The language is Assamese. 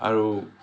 আৰু